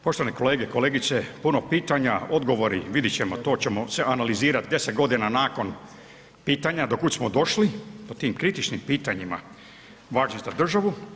Poštovane kolege, kolegice, puno pitanja, odgovori, vidit ćemo, to ćemo sve analizirat 10.g. nakon pitanja do kud smo došli, po tim kritičnim pitanjima važnim za državu.